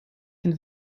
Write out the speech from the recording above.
den